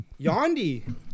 Yondi